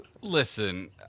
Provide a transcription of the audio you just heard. Listen